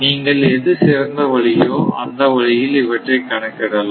நீங்கள் எது சிறந்த வழியோ அந்த வழியில் இவற்றை கணக்கிடலாம்